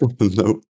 No